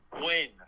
Win